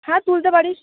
হ্যাঁ তুলতে পারিস